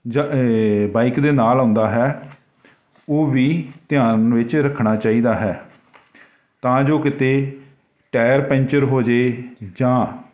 ਜ ਬਾਈਕ ਦੇ ਨਾਲ ਆਉਂਦਾ ਹੈ ਉਹ ਵੀ ਧਿਆਨ ਵਿੱਚ ਰੱਖਣਾ ਚਾਹੀਦਾ ਹੈ ਤਾਂ ਜੋ ਕਿਤੇ ਟਾਇਰ ਪੰਚਰ ਹੋ ਜੇ ਜਾਂ